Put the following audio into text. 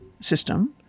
system